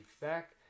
back